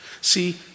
See